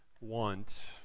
want